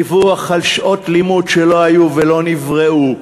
דיווח על שעות לימוד שלא היו ולא נבראו,